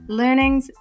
learnings